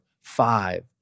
five